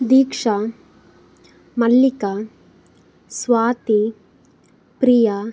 Diksha Mallika Swati Priya